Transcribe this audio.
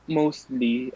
mostly